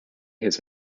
his